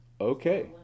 Okay